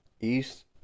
East